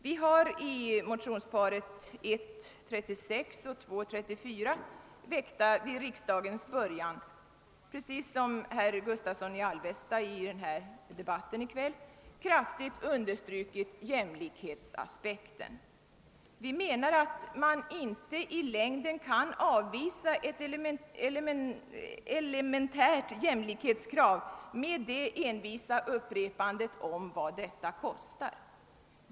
Vi har i motionerna I:36 och II: 34, väckta vid riksdagens början, kraftigt understrukit jämlikhetsaspekten precis som herr Gustavsson i Alvesta har gjort i kvällens debatt. Vi menar att man inte i längden kan avvisa ett elementärt jämlikhetskrav med det enträgna upprepandet av vad det kostar.